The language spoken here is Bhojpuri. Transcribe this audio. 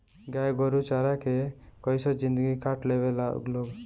गाय गोरु चारा के कइसो जिन्दगी काट लेवे ला लोग